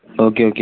okay okay